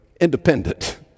independent